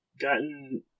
gotten